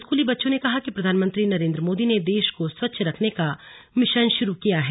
स्कूली बच्चों ने कहा कि प्रधानमंत्री नरेंद्र मोदी ने देश को स्वच्छ रखने का मिशन शुरू किया है